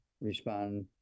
respond